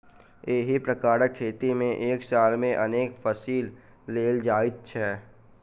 एहि प्रकारक खेती मे एक साल मे अनेक फसिल लेल जाइत छै